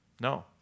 No